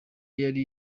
yari